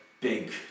big